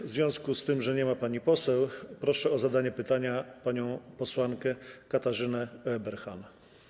W związku z tym, że nie ma pani poseł, proszę o zadanie pytania panią posłankę Katarzynę Ueberhan.